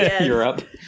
Europe